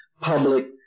public